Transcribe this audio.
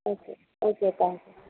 okay okay thank you